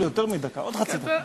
עוד חצי דקה.